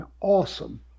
awesome